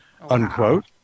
unquote